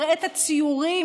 הראית ציורים,